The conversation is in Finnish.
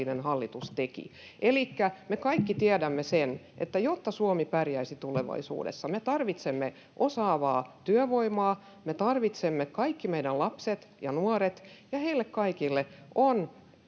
hallitus teki. Elikkä me kaikki tiedämme sen, että jotta Suomi pärjäisi tulevaisuudessa, me tarvitsemme osaavaa työvoimaa, me tarvitsemme kaikki meidän lapset ja nuoret, ja heille kaikille on